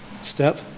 step